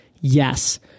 yes